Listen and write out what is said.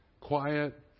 quiet